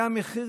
זה המחיר,